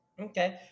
Okay